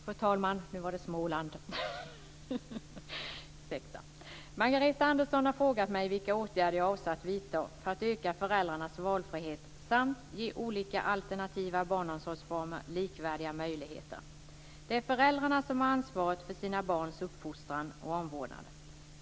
Fru talman! Margareta Andersson har frågat mig vilka åtgärder jag avser att vidta för att öka föräldrarnas valfrihet samt ge olika alternativa barnomsorgsformer likvärdiga möjligheter. Det är föräldrarna som har ansvaret för sina barns uppfostran och omvårdnad.